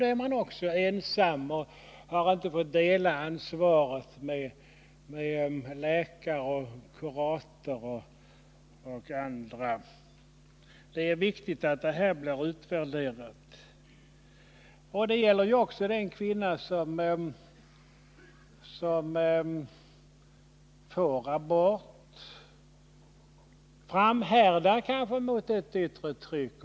Då är man också ensam och har inte fått dela ansvaret med läkare, kurator och andra. Det är viktigt att det här blir utvärderat. Det gäller också den kvinna som får abort. Hon framhärdar kanske mot ett yttre tryck.